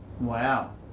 Wow